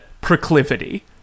proclivity